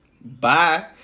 bye